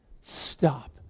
Stop